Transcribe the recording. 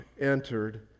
entered